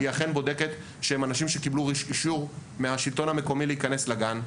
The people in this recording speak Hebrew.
היא אכן בודקת שהם אנשים שקיבלו אישור מהשלטון המקומי להיכנס לגן,